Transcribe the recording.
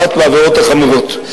אחת מהעבירות החמורות.